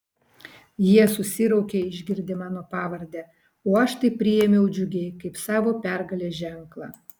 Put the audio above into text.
jie susiraukė išgirdę mano pavardę o aš tai priėmiau džiugiai kaip savo pergalės ženklą